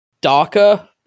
darker